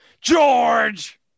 George